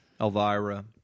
Elvira